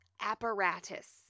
apparatus